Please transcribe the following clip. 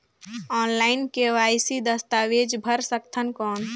Online KYC दस्तावेज भर सकथन कौन?